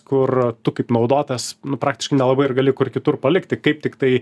kur tu kaip naudotojas nu praktiškai nelabai ir gali kur kitur palikti kaip tiktai